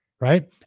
Right